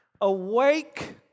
Awake